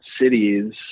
cities